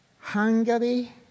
Hungary